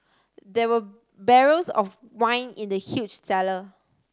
there were barrels of wine in the huge cellar